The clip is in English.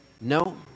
no